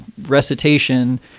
recitation